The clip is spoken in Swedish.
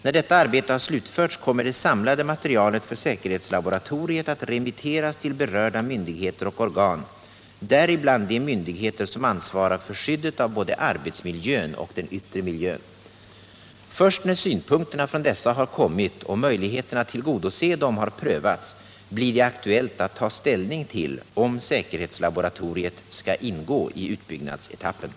När detta arbete har slutförts kommer det samlade materialet för säkerhetslaboratoriet att remitteras till berörda myndigheter och organ, däribland de myndigheter som ansvarar för skyddet av både arbetsmiljön och den yttre miljön. Först när synpunkterna från dessa har kommit och möjligheterna att tillgodose dem har prövats blir det aktuellt att ta ställning till om säkerhetslaboratoriet skall ingå i utbyggnadsetappen.